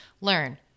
Learn